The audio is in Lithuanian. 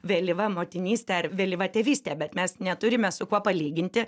vėlyva motinyste ar vėlyva tėvyste bet mes neturime su kuo palyginti